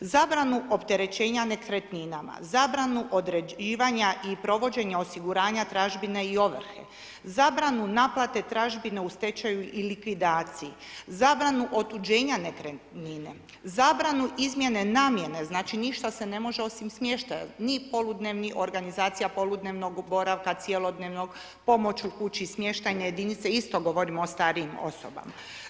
Zabranu opterećenja nekretninama, zabranu određivanja i provođenja osiguranja tražbine i ovrhe, zabranu naplate tražbine u stečaju i likvidaciji, zabranu otuđenja nekretnine, zabranu izmjene namjene, znači ništa se ne može osim smještaja, ni organizacija poludnevnog boravka, cjelodnevnog, pomoć u kući, smještajne jedinice, isto govorimo o starijim osoba.